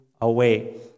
away